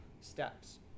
steps